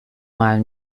mal